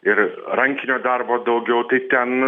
ir rankinio darbo daugiau tai ten